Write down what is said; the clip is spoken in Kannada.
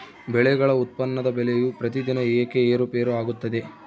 ಬೆಳೆಗಳ ಉತ್ಪನ್ನದ ಬೆಲೆಯು ಪ್ರತಿದಿನ ಏಕೆ ಏರುಪೇರು ಆಗುತ್ತದೆ?